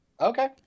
Okay